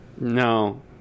No